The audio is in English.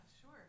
sure